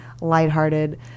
lighthearted